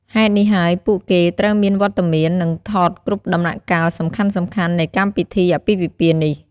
ហេតុនេះហើយពួកគេត្រូវតែមានវត្តមាន និងថតគ្រប់ដំណាក់កាលសំខាន់ៗនៃកម្មពិធីអាពាហ៍ពិពាហ៍នេះ។